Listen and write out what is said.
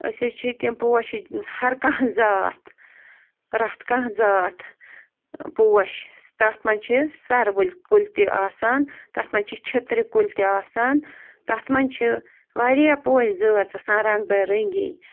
أسۍ حظ چھِ تِم پوشہِ ہر کانٛہہ زاتھ پرٛٮ۪تھ کانٛہہ زاتھ پوش تَتھ منٛز چھِ سروٕلۍ کُلۍ تہِ آسان تَتھ منٛز چھِ چھٔترِ کُلۍ تہِ آسان تَتھ منٛز چھِ وارِیاہ پوش زٲژ آسان رنگ بَہ رٔنٛگی